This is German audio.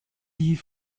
die